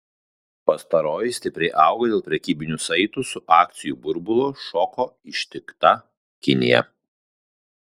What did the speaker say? pastaroji stipriai auga dėl prekybinių saitų su akcijų burbulo šoko ištikta kinija